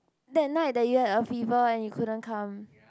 that night that you had a fever and you couldn't come